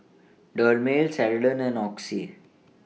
Dermale Ceradan and Oxy